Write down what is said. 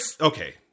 Okay